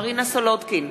מרינה סולודקין,